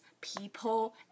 people